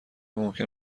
ممکن